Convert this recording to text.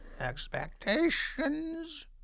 Expectations